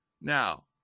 Now